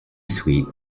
sweet